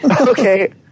Okay